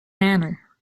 manner